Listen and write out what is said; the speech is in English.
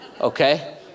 okay